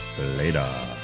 Later